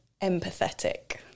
empathetic